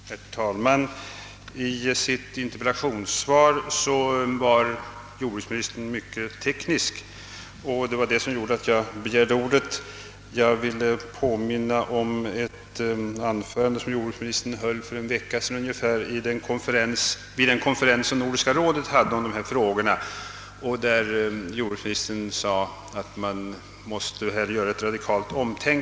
Herr talman! I sitt interpellationssvar var jordbruksministern mycket teknisk, vilket gjorde att jag begärde ordet. Jag vill påminna om ett anförande som jordbruksministern höll för ungefär en vecka sedan vid den konferens som Nordiska rådet hade i dessa frågor. Jordbruksministern sade då att man härvidlag måste tänka om på ett radikalt sätt.